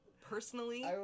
personally